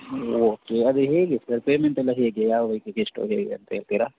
okay ಅದು ಹೇಗೆ sir ಪೇಮೆಂಟೆಲ್ಲ ಹೇಗೆ ಯಾವ ಬೈಕಿಗೆ ಎಷ್ಟು ಹೇಗೆ ಅಂತ ಹೇಳ್ತಿರಾ